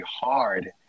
hard